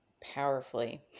powerfully